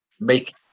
make